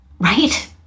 Right